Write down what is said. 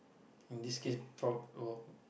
in this case prob~ well